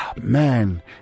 man